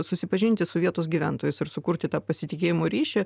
susipažinti su vietos gyventojais ir sukurti tą pasitikėjimo ryšį